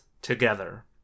together